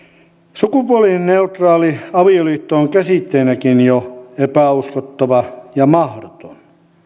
sukupuolineutraali avioliitto on käsitteenäkin jo epäuskottava ja mahdoton